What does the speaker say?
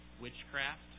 witchcraft